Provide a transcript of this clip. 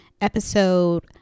episode